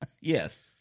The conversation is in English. Yes